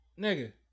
Nigga